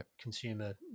consumer